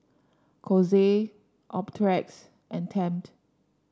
Kose Optrex and Tempt